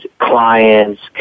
clients